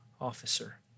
officer